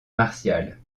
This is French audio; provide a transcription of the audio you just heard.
martiale